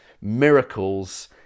Miracles